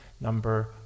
number